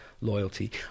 loyalty